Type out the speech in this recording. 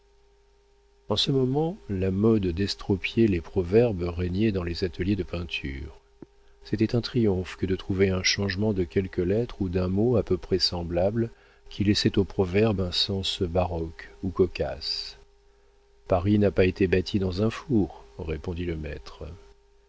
en ce moment la mode d'estropier les proverbes régnait dans les ateliers de peinture c'était un triomphe que de trouver un changement de quelques lettres ou d'un mot à peu près semblable qui laissait au proverbe un sens baroque ou cocasse paris n'a pas été bâti dans un four répondit le maître